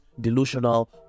delusional